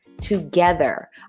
together